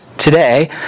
Today